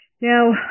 Now